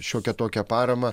šiokią tokią paramą